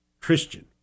Christian